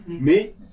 mais